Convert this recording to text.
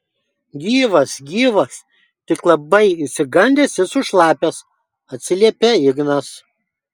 gyvas gyvas tik labai išsigandęs ir sušlapęs atsiliepia ignas